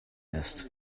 ist